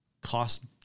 cost